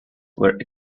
were